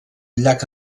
llac